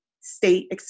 state